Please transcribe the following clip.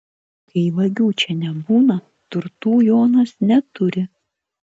kai vagių čia nebūna turtų jonas neturi